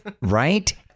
Right